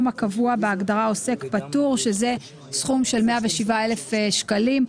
הקבוע בהגדרה עוסק פטור שזה סכום של 107 אלף שקלים.